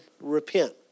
repent